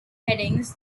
headings